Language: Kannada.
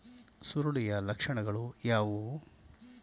ಸುರುಳಿಯ ಲಕ್ಷಣಗಳು ಯಾವುವು?